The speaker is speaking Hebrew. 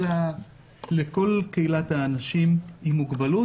לכל קהילת האנשים עם מוגבלות.